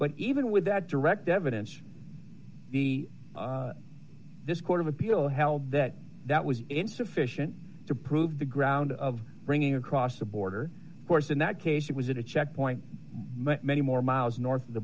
but even with that direct evidence this court of appeal held that that was insufficient to prove the ground of bringing across the border of course in that case it was it a checkpoint many more miles north of the